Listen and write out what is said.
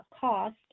cost